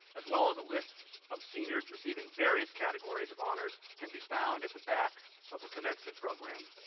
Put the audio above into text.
as well as lists of seniors receiving various categories of honors, can be found at the back of the commencement program.